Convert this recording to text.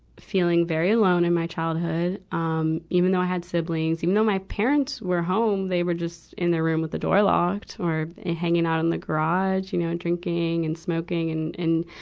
feeling very alone in my childhood, um, even though i had siblings. even though my parents were home, they were just in their room with the door locked or hanging out in the garage, you know, and drinking and smoking and, and,